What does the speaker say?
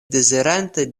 dezirante